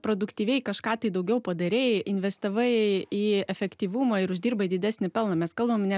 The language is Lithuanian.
produktyviai kažką tai daugiau padarei investavai į efektyvumą ir uždirbai didesnį pelną mes kalbam ne